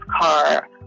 car